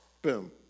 Boom